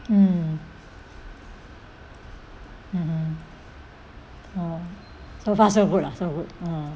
mm mmhmm mm so far so good lah so good